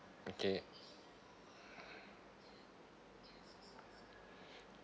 okay